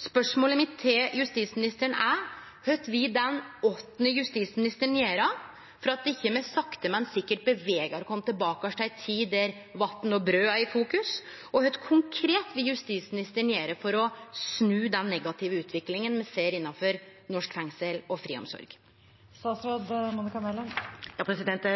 Spørsmålet mitt til justisministeren er: Kva vil den åttande justisministeren gjere for at me ikkje sakte, men sikkert bevegar oss tilbake til ei tid då vatn og brød var i fokus? Og kva vil justisministeren konkret gjere for å snu den negative utviklinga me ser innanfor norsk fengsels- og friomsorg? Jeg